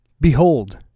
Behold